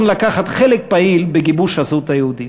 לקחת חלק פעיל בגיבוש הזהות היהודית.